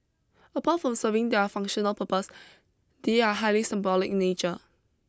apart from serving their functional purpose they are highly symbolic in nature